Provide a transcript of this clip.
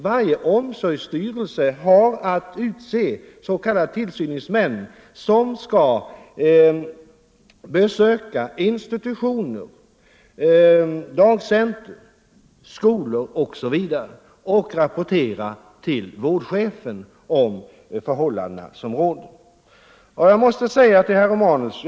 Varje omsorgsstyrelse har att utse s.k. tillsyningsmän, som skall besöka institutioner, dagcentra, skolor osv. och rapportera till vårdchefen respektive särskolchef om de förhållanden som råder.